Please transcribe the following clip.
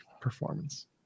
performance